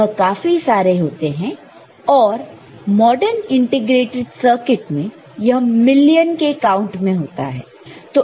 वह काफी सारे होते हैं और मॉडन इंटीग्रेटेड सर्किट में यह मिलियन के काउंट में है